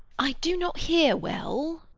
i do not hear well.